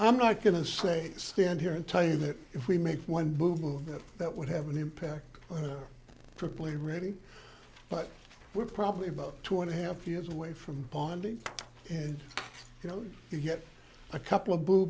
i'm not going to say stand here and tell you that if we make one boob move that that would have an impact for play ready but we're probably about two and a half years away from bonding and you know you get a couple of boo